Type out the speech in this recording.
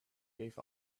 gave